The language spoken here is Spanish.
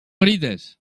grites